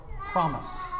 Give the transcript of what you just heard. promise